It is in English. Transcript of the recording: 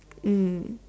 mm